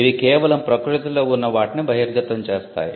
ఇవి కేవలం ప్రకృతిలో ఉన్న వాటిని బహిర్గతం చేస్తాయి